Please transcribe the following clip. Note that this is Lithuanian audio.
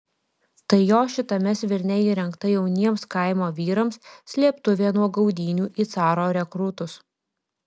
tai jo šitame svirne įrengta jauniems kaimo vyrams slėptuvė nuo gaudynių į caro rekrūtus